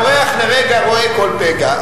תראה, אורח לרגע רואה כל פגע.